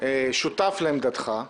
שותף לעמדתך.